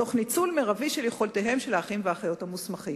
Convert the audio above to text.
תוך ניצול מרבי של יכולתם של האחים והאחיות המוסמכים.